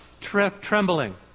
trembling